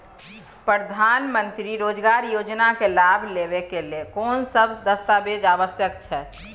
प्रधानमंत्री मंत्री रोजगार योजना के लाभ लेव के कोन सब दस्तावेज आवश्यक छै?